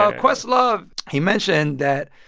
ah questlove he mentioned that